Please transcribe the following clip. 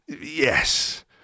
Yes